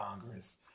Congress